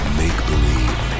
make-believe